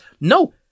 No